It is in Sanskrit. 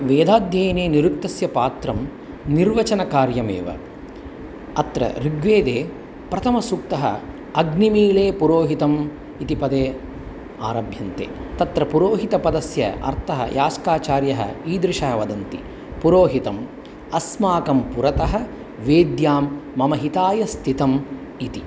वेदाध्ययने निरुक्तस्य पात्रं निर्वचनकार्यमेव अत्र ऋग्वेदे प्रथमसूक्तः अग्निमीळ्हे पुरोहितम् इति पदे आरभ्यते तत्र पुरोहितपदस्य अर्थः यास्काचार्यः ईदृशः वदन्ति पुरोहितम् अस्माकं पुरतः वेद्यां मम हिताय स्थितम् इति